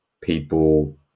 people